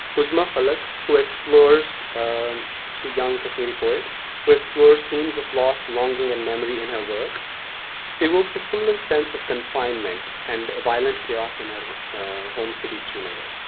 uzma falek, who explores actually young kashmiri poet who explores themes of loss, longing, and memory in her work evokes a similar sense of confinement and violent chaos in her home city, srinagar.